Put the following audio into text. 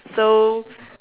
so